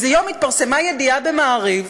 איזה יום התפרסמה ידיעה ב"מעריב"